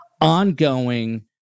ongoing